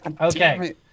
Okay